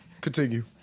Continue